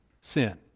sin